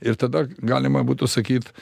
ir tada galima būtų sakyt